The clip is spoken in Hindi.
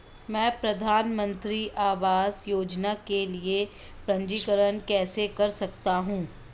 मैं प्रधानमंत्री आवास योजना के लिए पंजीकरण कैसे कर सकता हूं?